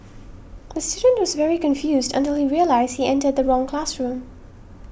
the student was very confused until he realised he entered the wrong classroom